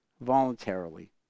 voluntarily